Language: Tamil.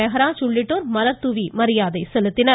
மெஹராஜ் உள்ளிட்டோர் மலர்தூவி மரியாதை செலுத்தினர்